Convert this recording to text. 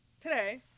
today